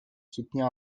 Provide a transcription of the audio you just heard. soutenir